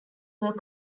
were